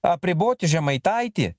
apriboti žemaitaitį